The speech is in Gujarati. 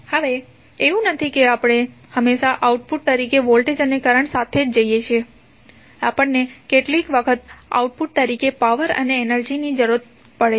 હવે એવું નથી કે આપણે હંમેશાં આઉટપુટ તરીકે વોલ્ટેજ અને કરંટ સાથે જઈએ છીએ આપણને કેટલીક વખત આઉટપુટ તરીકે પાવર અને એનર્જી ની પણ જરૂર હોય છે